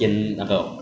好吃 meh